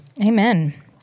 Amen